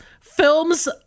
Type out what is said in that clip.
films